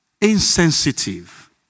insensitive